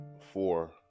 four